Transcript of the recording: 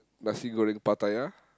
nasi-goreng-Pattaya